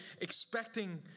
expecting